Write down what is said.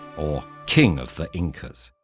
or king of the incas.